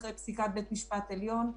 אחרי פסיקת בית משפט עליון,